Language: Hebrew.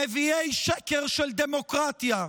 נביאי שקר של דמוקרטיה,